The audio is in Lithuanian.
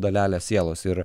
dalelę sielos ir